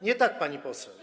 Nie tak, pani poseł.